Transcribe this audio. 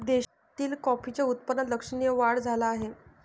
देशातील कॉफीच्या उत्पादनात लक्षणीय वाढ झाला आहे